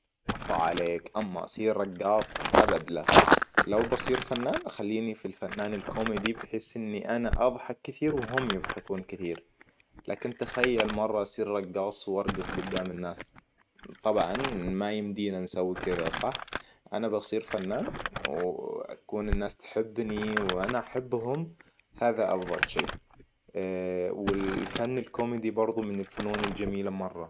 افا عليك اما اصير رقاص أبد لأ! لو بصير فنان خليني في الفنان الكوميدي بحس اني انا اضحك كثير وهم يضحكون كثير. لكن تخيل مرة أصير رقاص وارقص قدام الناس. طبعا ما يمدينا نسوي كذا صح؟ انا بصير فنان وأكون الناس تحبني وانا احبهم هذا أفضل شيء. والفن الكوميدي برضو من الفنون الجميلة مرة